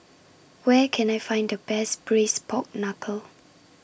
Where Can I Find The Best Braised Pork Knuckle